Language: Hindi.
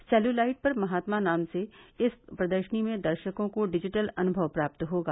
सेल्यूलॉइड पर महात्मा नाम से इस प्रदर्शनी में दर्शको को डिजिटल अनुमय प्राप्त होगा